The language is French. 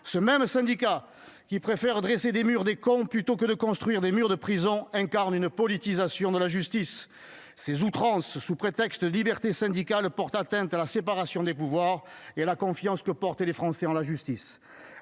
Ce même syndicat, qui préfère dresser des « murs des cons » plutôt que de construire des murs de prisons, incarne une politisation de la justice. Ses outrances, sous prétexte de liberté syndicale, portent atteinte à la séparation des pouvoirs et nuisent à la confiance des Français dans la justice.